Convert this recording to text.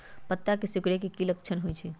पत्ता के सिकुड़े के की लक्षण होइ छइ?